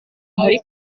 muri